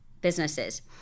businesses